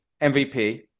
MVP